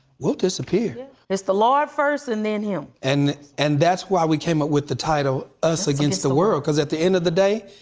we'll disappear. it's the lord first, and then him. and and that's why we came up with the title us against the world, because at the end of the day,